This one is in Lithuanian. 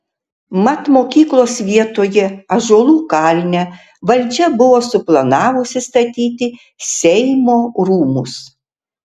mat mokyklos vietoje ąžuolų kalne valdžia buvo suplanavusi statyti seimo rūmus